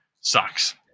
sucks